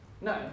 No